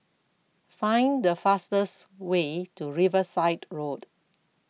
Find The fastest Way to Riverside Road